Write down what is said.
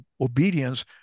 obedience